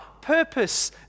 purpose